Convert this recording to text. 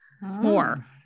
more